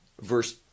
Verse